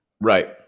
Right